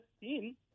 team